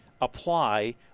apply